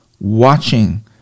watching